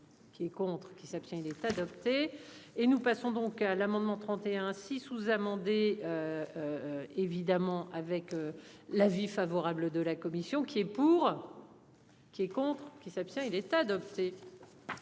Qui est contre qui s'abstient il est adopté et nous passons donc à l'amendement. 31 6 sous-amendé. Évidemment avec l'avis favorable de la commission. Qui est pour. Qui est contre. Qui s'abstient il est adopté.